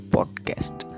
Podcast